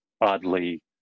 oddly